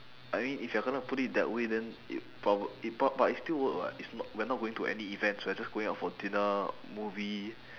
I mean if you're gonna put it that way then it proba~ it pro~ but it'll still work [what] it's not we're not going to any events we're just going out for dinner movie